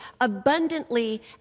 abundantly